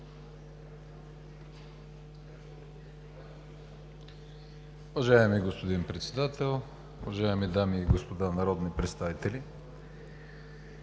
Уважаеми господин Председател, уважаеми дами и господа народни представители!